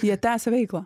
jie tęsia veiklą